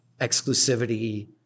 exclusivity